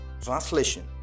translation